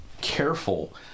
careful